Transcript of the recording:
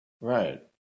Right